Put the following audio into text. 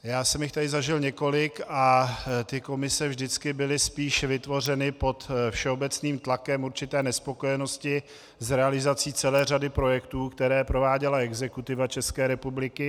Já jsem jich tady zažil několik a komise vždycky byly spíš vytvořeny pod všeobecným tlakem určité nespokojenosti s realizací celé řady projektů, které prováděla exekutiva České republiky.